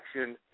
action